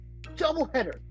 doubleheader